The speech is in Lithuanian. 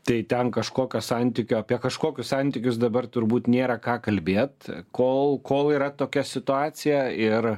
tai ten kažkokio santykio apie kažkokius santykius dabar turbūt nėra ką kalbėt kol kol yra tokia situacija ir